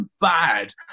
bad